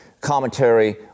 commentary